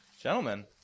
Gentlemen